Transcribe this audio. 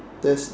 that's